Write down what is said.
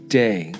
day